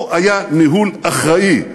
פה היה ניהול אחראי,